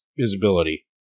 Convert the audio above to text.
visibility